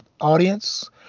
audience